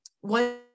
one